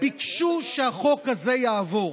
ביקשו שהחוק הזה יעבור.